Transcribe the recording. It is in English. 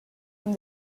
from